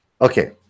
Okay